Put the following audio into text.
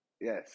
Yes